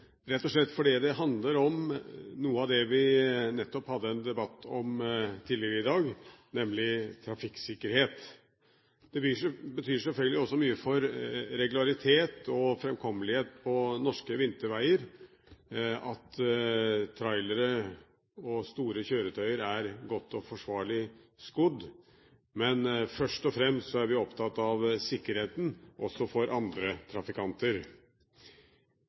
rett og slett fordi det handler om noe av det vi nettopp hadde en debatt om tidligere i dag, nemlig trafikksikkerhet. Det betyr selvfølgelig også mye for regularitet og framkommelighet på norske vinterveger at trailere og store kjøretøy er godt og forsvarlig skodd, men først og fremst er vi opptatt av sikkerheten også for andre trafikanter.